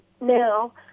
now